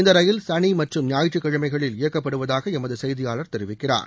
இந்த ரயில் சனி மற்றும் ஞாயிற்றுக்கிழமைகளில் இயக்கப்படுவதாக எமது செய்தியாளர் தெரிவிக்கிறார்